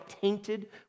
tainted